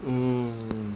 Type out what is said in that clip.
mm